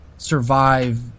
Survive